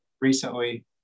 recently